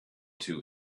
two